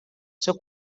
seu